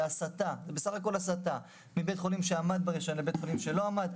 בסך הכל הסטה מבית חולים שעמד ברישיון לבית חולים שלא עמד.